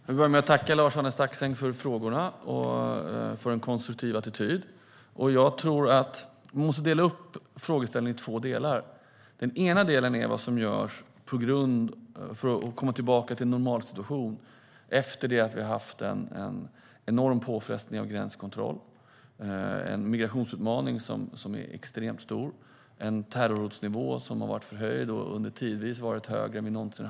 Herr talman! Jag vill börja med att tacka Lars-Arne Staxäng för frågorna och för en konstruktiv attityd. Jag tror att vi måste dela upp frågeställningen i två delar. Den ena delen är vad som görs för att komma tillbaka till en normalsituation efter att vi har haft en enorm påfrestning av gränskontroller, en migrationsutmaning som är extremt stor och en terrorhotnivå som har varit förhöjd och tidvis högre än någonsin.